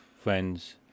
friends